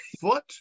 foot